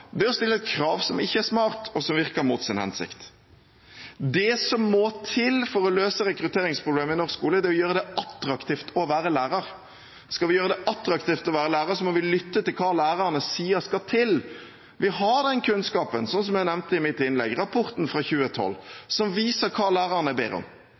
det er å stille et krav som ikke er smart, og som virker mot sin hensikt. Det som må til for å løse rekrutteringsproblemet i norsk skole, er å gjøre det attraktivt å være lærer. Skal vi gjøre det attraktivt å være lærer, må vi lytte til hva lærerne sier skal til. Vi har den kunnskapen – som jeg nevnte i mitt innlegg, rapporten fra 2012 – som viser hva lærerne ber om,